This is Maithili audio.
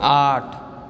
आठ